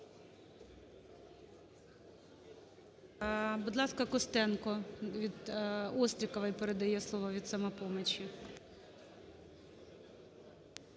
Будь ласка, Костенко Остріковій передає слово від "Самопомочі".